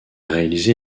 réalisé